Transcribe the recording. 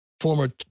Former